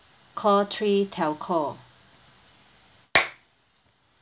call three telco